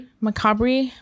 macabre